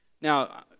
Now